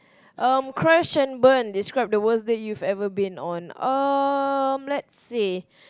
um crash and burn describe the worst date you've ever been on um let's see